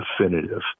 definitive